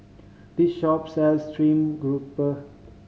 this shop sells stream grouper